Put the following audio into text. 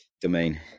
domain